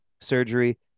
surgery